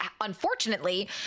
unfortunately